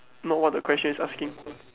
not what the question is asking